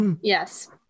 Yes